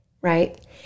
right